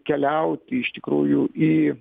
keliauti iš tikrųjų į